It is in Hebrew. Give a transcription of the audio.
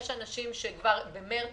יש אנשים שכבר במרץ